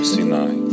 Sinai